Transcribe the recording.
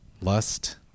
lust